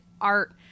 art